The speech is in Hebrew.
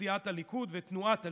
סיעת הליכוד ותנועת הליכוד,